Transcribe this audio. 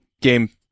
game